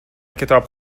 کتاب